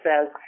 says